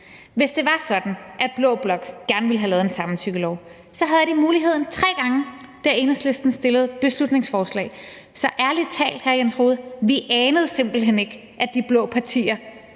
Hvis det var sådan, at blå blok gerne ville have lavet en samtykkelov, så havde de muligheden tre gange, da Enhedslisten fremsatte beslutningsforslag. Så ærlig talt, hr. Jens Rohde, vi anede simpelt hen ikke, at de blå partier